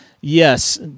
Yes